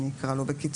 אני אקרא לו כך בקיצור.